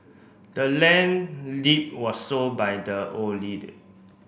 the land deed was sold by the old lady